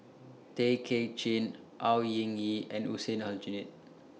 Tay Kay Chin Au Hing Yee and Hussein Aljunied